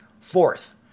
Fourth